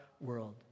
world